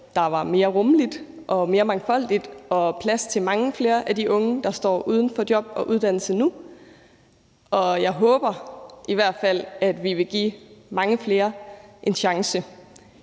som var mere rummeligt og mangfoldigt, og hvor der var plads til mange flere af de unge, der står uden job og uddannelse nu. Jeg håber i hvert fald, at vi vil give mange flere en chance